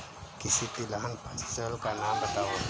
किसी तिलहन फसल का नाम बताओ